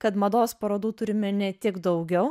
kad mados parodų turime ne tik daugiau